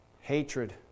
hatred